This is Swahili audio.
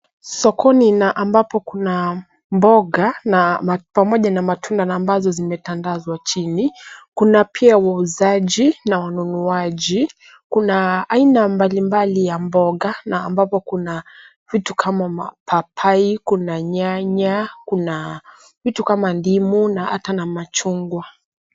Sokoni na ambapo kuna mboga pamoja na matunda ambazo zimetandazwa chini. Kuna pia wauzaji na wanunuzi. Kuna aina mbali mbali ya mboga ambapo kuna vitu kama papai, kuna nyanya, kuna vitu kama ndimu hata na machungwa.